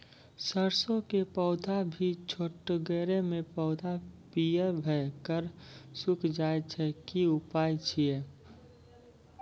सरसों के पौधा भी छोटगरे मे पौधा पीयर भो कऽ सूख जाय छै, की उपाय छियै?